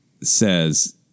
says